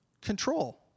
Control